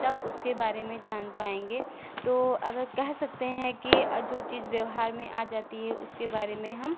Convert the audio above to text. तब उसके बारे में जान पाएँगे तो अगर कहे सकते हैं कि जो चीज व्यवहार में आ जाती है उसके बारे में हम